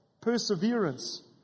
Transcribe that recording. perseverance